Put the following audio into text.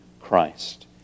Christ